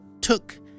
took